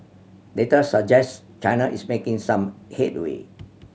data suggest China is making some headway